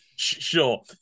Sure